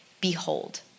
behold